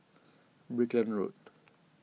Brickland Road